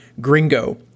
Gringo